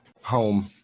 home